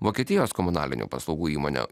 vokietijos komunalinių paslaugų įmonė